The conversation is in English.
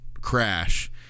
Crash